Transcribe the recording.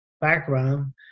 background